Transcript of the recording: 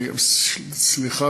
סליחה,